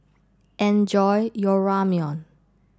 enjoy your Ramyeon